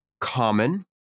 Common